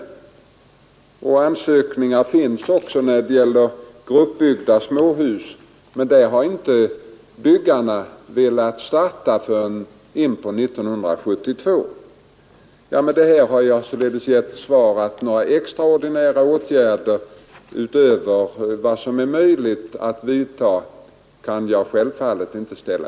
Ansökningar om igångsättningstillstånd finns även för gruppbyggda småhus, men de byggarna vill inte starta förrän in på 1972. Med detta har jag således givit svaret att jag självfallet inte kan ställa i utsikt några extraordinära åtgärder utöver vad som är möjligt att vidta.